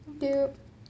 thank you